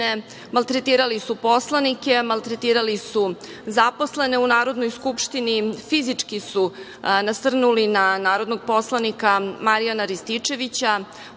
maltretirali su poslanike, maltretirali su zaposlene u Narodnoj skupštini, fizički su nasrnuli na narodnog poslanika Marijana Rističevića,